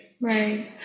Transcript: Right